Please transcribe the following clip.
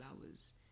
flowers